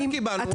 חלק קיבלנו,